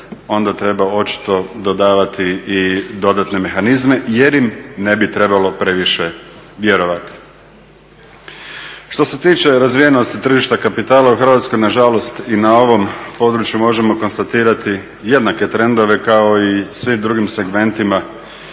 onda treba očito dodavati i dodatne mehanizme jer im ne bi trebalo previše vjerovati. Što se tiče razvijenosti tržišta kapitala u Hrvatskoj, nažalost i na ovom području možemo konstatirati jednake trendove kao i svim drugim segmentima